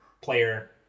player